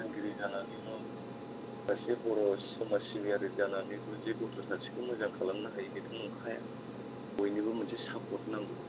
फोरोंगिरि जानानैल' सासे बर' समाज सिबियारि जानानैबो जे गथ' सासेखौ मोजां खालामानो हायो बेथ' नंखाया बयनिबो मोनसे सापर्ट नांगौ